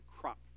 crop